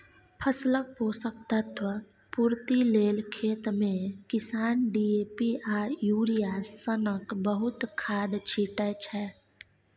फसलक पोषक तत्व पुर्ति लेल खेतमे किसान डी.ए.पी आ युरिया सनक बहुत खाद छीटय छै